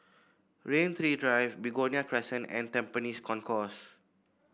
Rain Tree Drive Begonia Crescent and Tampines Concourse